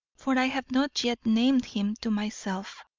for i have not yet named him to myself.